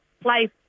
place